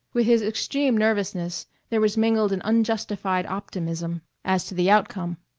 with his extreme nervousness there was mingled an unjustified optimism as to the outcome.